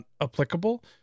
applicable